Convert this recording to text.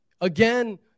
Again